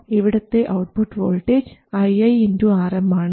ഇവിടത്തെ output voltage ii Rm ആണ്